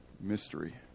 mystery